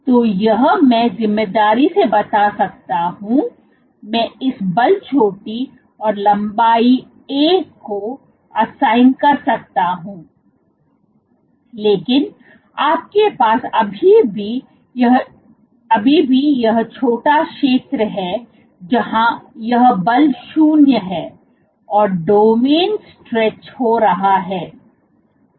तो यह मैं जिम्मेदारी से बता सकता हूं मैं इस बल चोटी और लंबाई A कोअसाइन कर सकता हूं लेकिन आपके पास अभी भी यह छोटा क्षेत्र है जहां यह बल 0 है और डोमेन स्ट्रेच हो रहा है